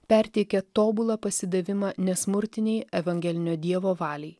perteikė tobulą pasidavimą nesmurtinei evangelinio dievo valiai